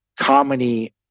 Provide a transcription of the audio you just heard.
comedy